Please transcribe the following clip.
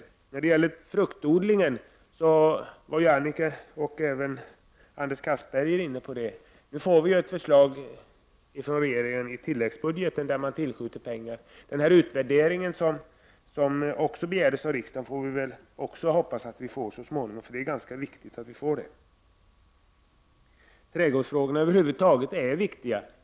Annika Åhnberg och Anders Castberger har diskuterat fruktodlingen. Nu kommer det ett förslag från regeringen i tilläggsbudgeten, och pengarna skall skjutas till. Riksdagen har ju begärt en utvärdering, och den får vi väl hoppas att vi får så småningom. Trädgårdsfrågorna är över huvud taget viktiga.